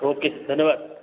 okay धन्यवाद